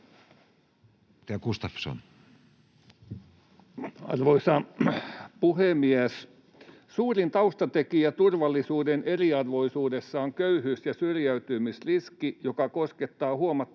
Arvoisa puhemies! ”Suurin taustatekijä turvallisuuden eriarvoisuudessa on köyhyys- ja syrjäytymisriski, joka koskettaa huomattavaa